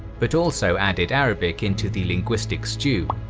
but also added arabic into the linguistic stew.